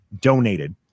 donated